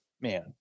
man